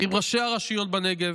עם ראשי הרשויות בנגב.